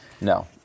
No